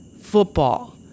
football